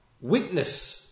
witness